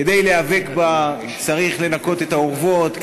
כדי להיאבק בה צריך לנקות את האורוות,